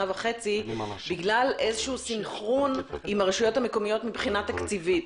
וחצי בגלל איזשהו סנכרון עם הרשויות המקומיות מבחינה תקציבית.